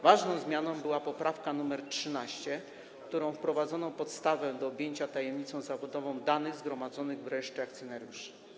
Ważną zmianę zawiera poprawka nr 13, która wprowadza podstawę do objęcia tajemnicą zawodową danych zgromadzonych w rejestrze akcjonariuszy.